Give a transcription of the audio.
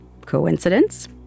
Coincidence